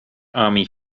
army